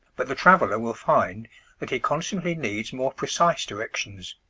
but the traveller will find that he constantly needs more precise directions.